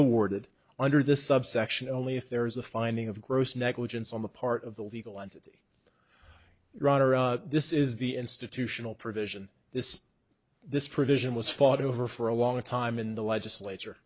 awarded under this subsection only if there is a finding of gross negligence on the part of the legal entity this is the institutional provision this this provision was fought over for a long time in the legislature